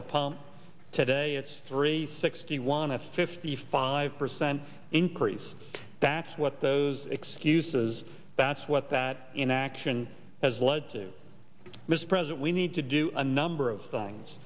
the pump today it's three sixty one at fifty five percent increase that's what those excuses that's what that inaction has led to mispresent we need to do a number of things